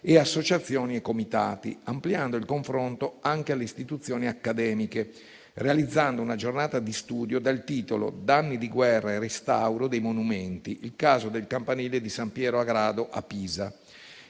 e associazioni e comitati - ampliando il confronto anche alle istituzioni accademiche, realizzando una giornata di studio dal titolo "Danni di guerra e restauro dei monumenti": il caso del campanile di San Piero a Grado a Pisa.